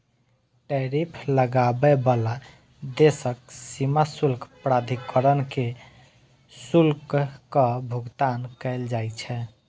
tariff लगाबै बला देशक सीमा शुल्क प्राधिकरण कें शुल्कक भुगतान कैल जाइ छै